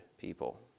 people